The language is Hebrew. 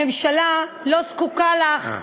הממשלה לא זקוקה לך,